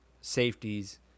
safeties